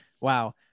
Wow